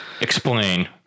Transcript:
Explain